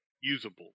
usable